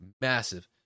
massive